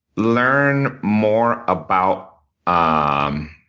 learn more about um